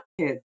kids